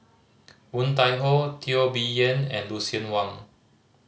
Woon Tai Ho Teo Bee Yen and Lucien Wang